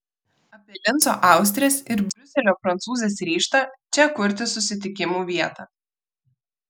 apie linco austrės ir briuselio prancūzės ryžtą čia kurti susitikimų vietą